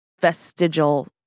vestigial